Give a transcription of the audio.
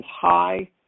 high